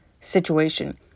situation